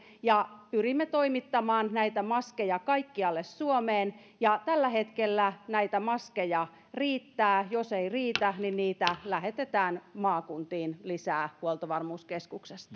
ja pyrimme toimittamaan näitä maskeja kaikkialle suomeen tällä hetkellä näitä maskeja riittää ja jos ei riitä niin niitä lähetetään maakuntiin lisää huoltovarmuuskeskuksesta